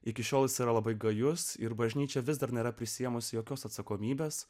iki šiol yra labai gajus ir bažnyčia vis dar nėra prisiėmusi jokios atsakomybės